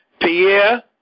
Pierre